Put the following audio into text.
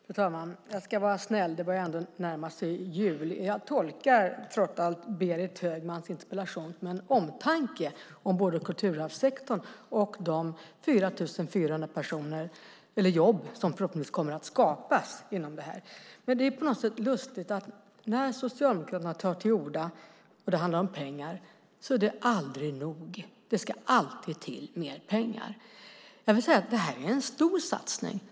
Fru talman! Jag ska vara snäll. Det börjar ändå närma sig jul. Jag tolkar trots allt Berit Högmans interpellation som en omtanke om kulturarvssektorn och de 4 400 jobb som förhoppningsvis kommer att skapas. Det är på något sätt lustigt att när Socialdemokraterna tar till orda och det handlar om pengar är det aldrig nog. Det ska alltid till mer pengar. Det här är en stor satsning.